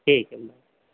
ठीक ऐ